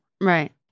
Right